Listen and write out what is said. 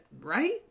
right